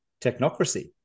technocracy